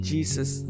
Jesus